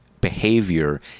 behavior